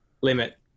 limit